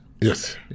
Yes